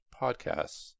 podcasts